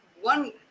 one